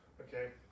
Okay